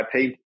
IP